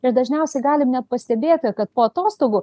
ir dažniausiai galim net pastebėti kad po atostogų